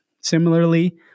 Similarly